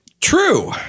True